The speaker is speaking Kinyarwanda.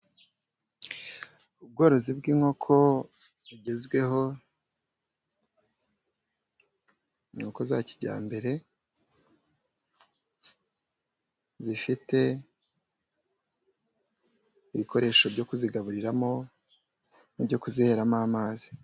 Ubworozi bw'inkoko bugezweho, ni inkoko za kijyambere, zifite ibikoresho byo kuzigaburiramo, n'ibyo kuziheramo amazi.